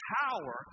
power